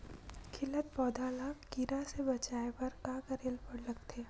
खिलत पौधा ल कीरा से बचाय बर का करेला लगथे?